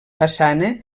façana